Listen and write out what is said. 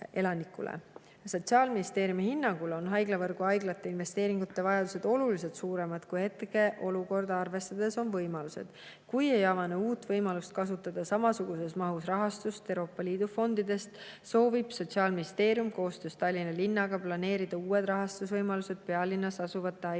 Sotsiaalministeeriumi hinnangul on haiglavõrgu haiglate investeeringute vajadused oluliselt suuremad, kui on võimalused hetkeolukorda arvestades. Kui ei avane uut võimalust kasutada samasuguses mahus rahastust Euroopa Liidu fondist, soovib Sotsiaalministeerium koostöös Tallinna linnaga planeerida uusi rahastusvõimalusi pealinnas asuvate haiglate